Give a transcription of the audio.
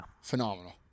Phenomenal